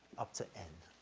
up to n. ah,